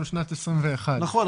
בין אם זה לשנת 2021. נכון.